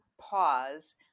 pause